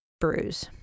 bruise